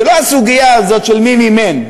הסוגיה הזאת של מי מימן,